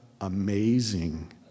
amazing